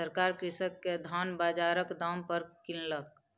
सरकार कृषक के धान बजारक दाम पर किनलक